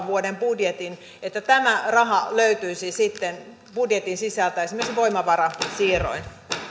vuoden budjetin että tämä raha löytyisi sitten budjetin sisältä esimerkiksi voimavarasiirroin myönnän